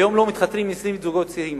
היום לא מתחתנים 20 זוגות צעירים.